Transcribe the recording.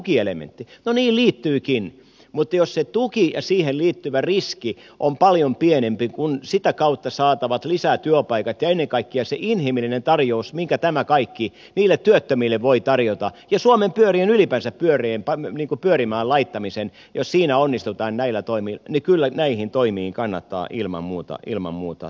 no niin liittyykin mutta jos se tuki ja siihen liittyvä riski on paljon pienempi kuin sitä kautta saatavat lisätyöpaikat ja ennen kaikkea se inhimillinen tarjous minkä tämä kaikki niille työttömille voi tarjota ja suomen pyörien ylipäänsä pyörien pyörimään laittamiseen jos siinä onnistutaan näillä toimin niin kyllä näihin toimiin kannattaa ilman muuta tarttua